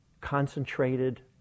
concentrated